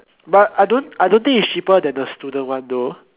but I don't I don't think is cheaper than the student one though